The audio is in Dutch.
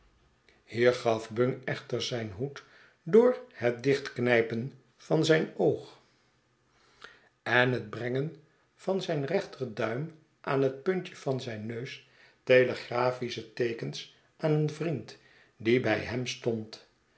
hier gaf bung echter zijn hoed door het dichtknijpen van zijn oog en het brengen van zijn rechterduim aan het puntje van zijn neus telegrafische teek'ens aan een vriend die bij hem stond